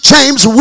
James